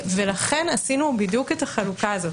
לכן עשינו בדיוק את החלוקה הזאת.